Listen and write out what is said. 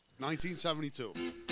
1972